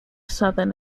southern